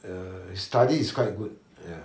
err his study is quite good ya